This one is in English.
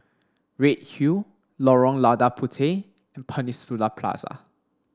Redhill Lorong Lada Puteh and Peninsula Plaza